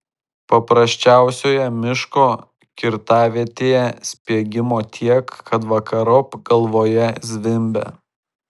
paprasčiausioje miško kirtavietėje spiegimo tiek kad vakarop galvoje zvimbia